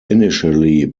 initially